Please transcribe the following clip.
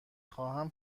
خواهم